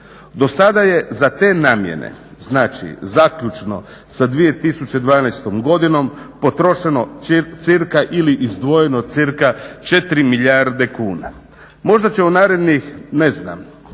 Do sada je za te namjene zaključno sa 2011.godinom potrošeno cca ili izdvojeno cca 4 milijarde kuna. Možda će u narednih ne znam